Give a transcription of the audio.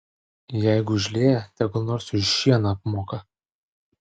jeigu užlieja tegul nors už šieną apmoka